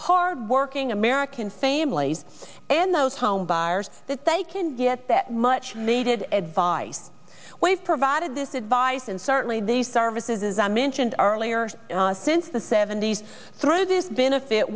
hard working american families and those homebuyers that they can get that much needed advice we've provided this advice and certainly the services as i mentioned earlier and since the seventy's through this benefit